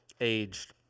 aged